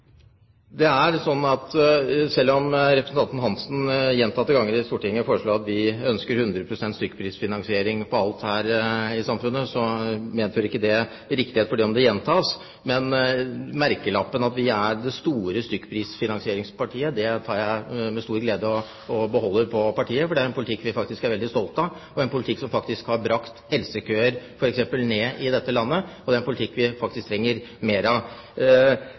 Hansen gjentatte ganger i Stortinget sier at vi ønsker 100 pst. stykkprisfinansiering på alt her i samfunnet, medfører ikke det riktighet, selv om det gjentas. Merkelappen at vi er det store stykkprisfinansieringspartiet, tar jeg med stor glede og beholder på partiet, for det er en politikk vi faktisk er veldig stolte av, en politikk som faktisk har fått helsekøer ned i dette landet, og en politikk vi faktisk trenger mer av.